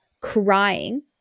crying